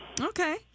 Okay